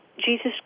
Jesus